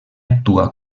actua